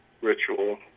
ritual